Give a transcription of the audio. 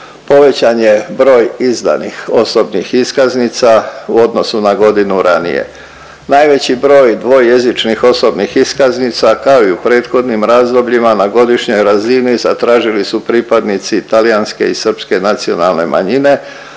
povećan je broj izdanih osobnih iskaznica u odnosu na godinu ranije. Najveći broj dvojezičnih osobnih iskaznica, kao i u prethodnim razdobljima na godišnjoj razini zatražili su pripadnici talijanske i srpske nacionalne manjine,